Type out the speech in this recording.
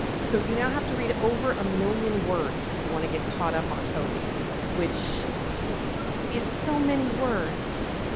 so, you now have to read over a million words if you want to get caught up on toby which is so many words.